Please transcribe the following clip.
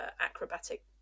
acrobatic